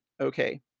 okay